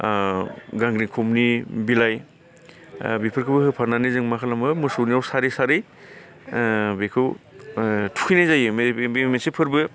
ओ गांग्रि खबनि बिलाइ ओ बेफोरखौबो होफानानै जों मा खालामो मोसौनियाव सारै सारै ओ बेखौ ओ थुखैनाय जायो बे मोनसे फोरबो